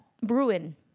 Bruin